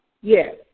Yes